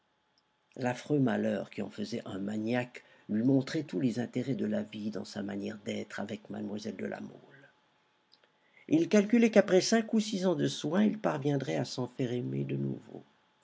l'affreux malheur qui en faisait un maniaque lui montrait tous les intérêts de la vie dans sa manière d'être avec mlle de la mole il calculait qu'après cinq ou six ans de soins il parviendrait à s'en faire aimer de nouveau